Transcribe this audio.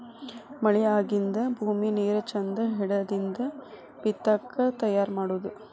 ಮಳಿ ಆಗಿಂದ ಭೂಮಿ ನೇರ ಚಂದ ಹಿಡದಿಂದ ಬಿತ್ತಾಕ ತಯಾರ ಮಾಡುದು